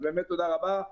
באמת תודה רבה.